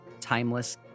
timeless